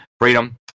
freedom